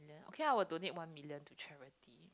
okay ah I will donate one million to charity